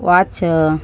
watch